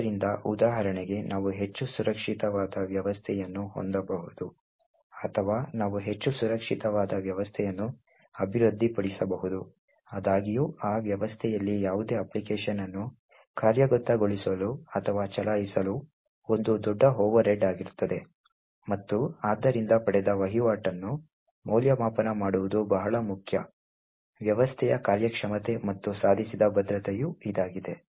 ಆದ್ದರಿಂದ ಉದಾಹರಣೆಗೆ ನಾವು ಹೆಚ್ಚು ಸುರಕ್ಷಿತವಾದ ವ್ಯವಸ್ಥೆಯನ್ನು ಹೊಂದಬಹುದು ಅಥವಾ ನಾವು ಹೆಚ್ಚು ಸುರಕ್ಷಿತವಾದ ವ್ಯವಸ್ಥೆಯನ್ನು ಅಭಿವೃದ್ಧಿಪಡಿಸಬಹುದು ಆದಾಗ್ಯೂ ಆ ವ್ಯವಸ್ಥೆಯಲ್ಲಿ ಯಾವುದೇ ಅಪ್ಲಿಕೇಶನ್ ಅನ್ನು ಕಾರ್ಯಗತಗೊಳಿಸಲು ಅಥವಾ ಚಲಾಯಿಸಲು ಒಂದು ದೊಡ್ಡ ಓವರ್ಹೆಡ್ ಆಗಿರುತ್ತದೆ ಮತ್ತು ಆದ್ದರಿಂದ ಪಡೆದ ವಹಿವಾಟನ್ನು ಮೌಲ್ಯಮಾಪನ ಮಾಡುವುದು ಬಹಳ ಮುಖ್ಯ ವ್ಯವಸ್ಥೆಯ ಕಾರ್ಯಕ್ಷಮತೆ ಮತ್ತು ಸಾಧಿಸಿದ ಭದ್ರತೆಯ ಇದಾಗಿದೆ